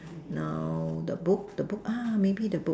now the book the book ah maybe the book